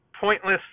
pointless